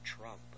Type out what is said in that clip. Trump